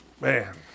Man